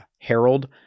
Harold